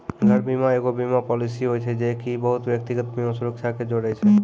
घर बीमा एगो बीमा पालिसी होय छै जे की बहुते व्यक्तिगत बीमा सुरक्षा के जोड़े छै